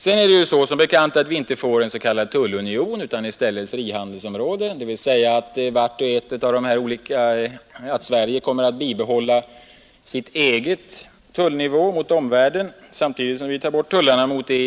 Det är som bekant vidare så att vi inte får en s.k. tullunion utan i stället ett frihandelsområde. Sverige kommer alltså att bibehålla sin egen tullnivå mot omvärlden samtidigt som vi tar bort tullarna mot EEC.